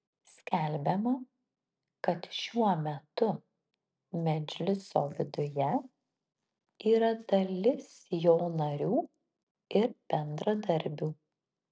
skelbiama kad šiuo metu medžliso viduje yra dalis jo narių ir bendradarbių